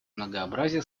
многообразия